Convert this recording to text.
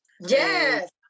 Yes